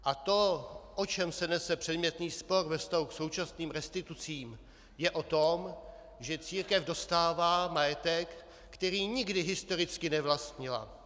A to, o čem se nese předmětný spor ve vztahu k současným restitucím, je o tom, že církev dostává majetek, který nikdy historicky nevlastnila.